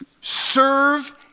serve